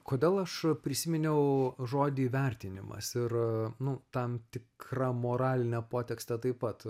kodėl aš prisiminiau žodį vertinimas ir nu tam tikrą moralinę potekstę taip pat